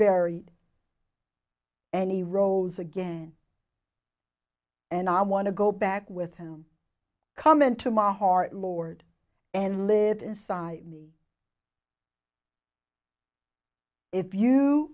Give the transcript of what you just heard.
buried and he rose again and i want to go back with him come into my heart lord and live inside me if you